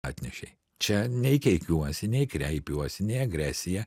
atnešei čia nei keikiuosi nei kreipiuosi nei agresija